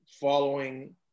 following